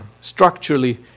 Structurally